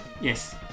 Yes